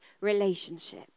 relationship